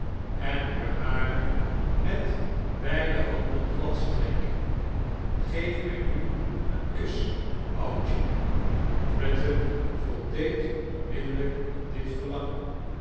en heur haren met beide handen gladstireeik geef mrj nu een kas oudje britain voldeed onniiddellijk aan dit veirlangen